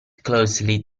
closely